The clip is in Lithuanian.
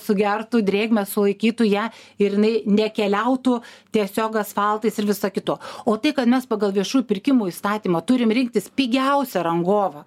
sugertų drėgmę sulaikytų ją ir jinai nekeliautų tiesiog asfaltais ir visa kitu o tai kad mes pagal viešųjų pirkimų įstatymą turim rinktis pigiausią rangovą